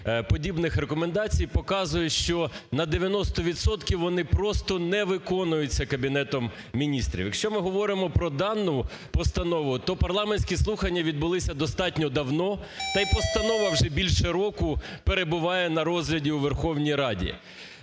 подібних рекомендацій показує, що на 90 відсотків вони просто не виконуються Кабінетом Міністрів. Якщо ми говоримо про дану постанову, то парламентські слухання відбулися достатньо давно, та й постанова вже більше року перебуває на розгляді у Верховній Раді.